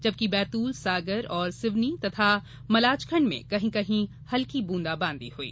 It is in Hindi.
जबकि बैतूल सागर और सिवनी तथा मलाजखंड में कहीं कहीं हल्की बूंदाबांदी हुई